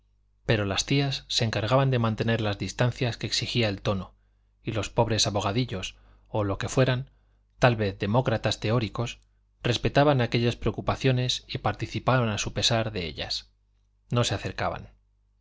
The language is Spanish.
pero las tías se encargaban de mantener las distancias que exigía el tono y los pobres abogadillos o lo que fueran tal vez demócratas teóricos respetaban aquellas preocupaciones y participaban a su pesar de ellas no se acercaban